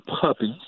puppies